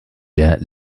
der